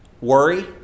worry